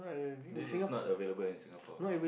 this is not available in Singapore